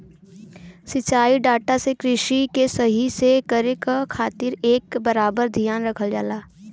सिंचाई डाटा से कृषि के सही से करे क खातिर एकर बराबर धियान रखल जाला